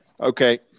Okay